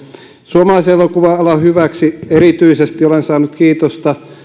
suomalaisen elokuva alan hyväksi erityisesti olen saanut kiitosta